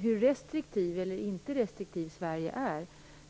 Herr talman! Frågan om hur restriktivt Sverige är